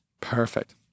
Perfect